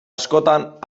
askotan